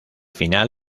final